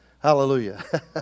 Hallelujah